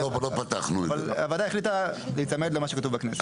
אבל הוועדה החליטה להיצמד למה שכתוב בכנסת.